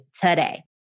today